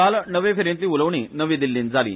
काल णवे फेरयेतली उलोवणी नवी दिल्लीन जाली